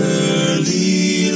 early